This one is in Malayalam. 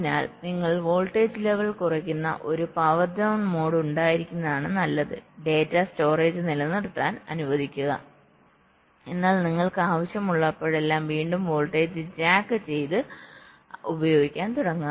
അതിനാൽ നിങ്ങൾ വോൾട്ടേജ് ലെവൽ കുറയ്ക്കുന്ന ഒരു പവർ ഡൌൺ മോഡ് ഉണ്ടായിരിക്കുന്നതാണ് നല്ലത് ഡാറ്റ സ്റ്റോറേജ്നിലനിർത്താൻ അനുവദിക്കുക എന്നാൽ നിങ്ങൾക്ക് ആവശ്യമുള്ളപ്പോഴെല്ലാം വീണ്ടും വോൾട്ടേജ് ജാക്ക് ചെയ്ത് അത് ഉപയോഗിക്കാൻ തുടങ്ങുക